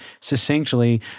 succinctly